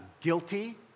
guilty